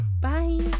bye